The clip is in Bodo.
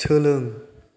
सोलों